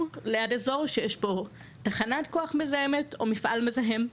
ליד אזור שיש בו תחנת כוח מזהמת או מפעל מזהם.